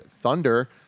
Thunder